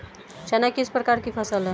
चना किस प्रकार की फसल है?